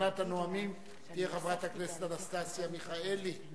ראשונת הנואמים היא חברת הכנסת אנסטסיה מיכאלי.